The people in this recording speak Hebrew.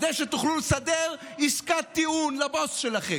כדי שתוכלו לסדר עסקת טיעון לבוס שלכם.